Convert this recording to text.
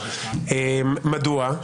מדוע?